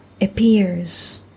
appears